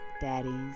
daddies